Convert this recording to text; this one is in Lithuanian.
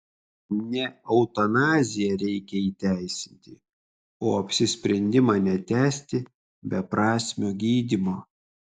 ne eutanaziją reikia įteisinti o apsisprendimą netęsti beprasmio gydymo